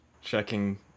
checking